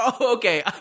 okay